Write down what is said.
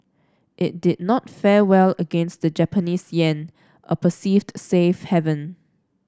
it did not fare well against the Japanese yen a perceived safe haven